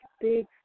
big